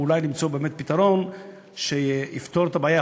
ואולי למצוא באמת פתרון שיפתור את הבעיה,